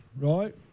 right